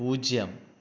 പൂജ്യം